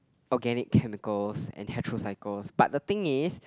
organic chemicals and heterocycles but the thing is